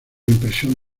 impresión